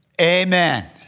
Amen